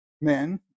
men